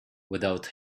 without